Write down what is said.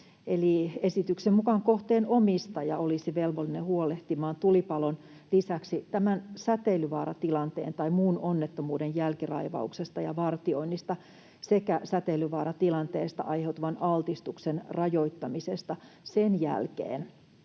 esityksen mukaan kohteen omistaja olisi velvollinen huolehtimaan tulipalon lisäksi säteilyvaaratilanteen tai muun onnettomuuden jälkiraivauksesta ja vartioinnista sekä säteilyvaaratilanteesta aiheutuvan altistuksen rajoittamisesta sen jälkeen,